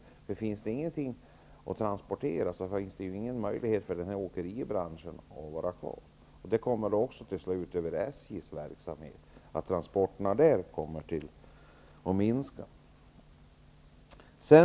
Om det inte finns någonting att transportera finns det ingen möjlighet för åkeribranschen att finnas kvar. Det kommer också till slut att gå ut över SJ:s verksamhet. Transporterna kommer att minska där.